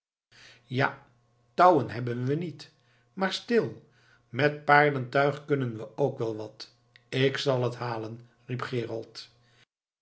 ja touwen hebben we niet maar stil met paardentuig kunnen we ook wel wat ik zal het halen riep gerold